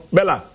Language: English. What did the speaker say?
Bella